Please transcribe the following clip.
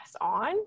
on